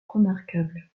remarquable